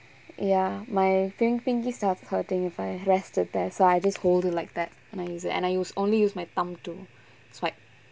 ya my pinkie starts hurting if I rest it there so I just hold it like that and I use it and I use only use my thumb to swipe